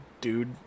dude